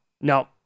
No